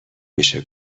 میشه